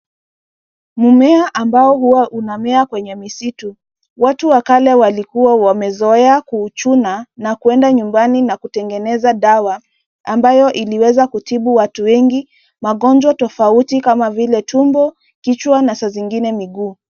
Mmea ambao huwa unamea kwenye misitu, watu wa kale walikuwa wamezoea kuuchuna, na kuenda nyumbani na kutengeneza dawa, ambayo iliweza kutibu watu wengi magonjwa tofauti kama vile tumbo, kichwa, na saa zingine miguu.